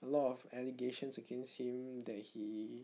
a lot of allegations against him that he